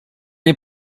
nie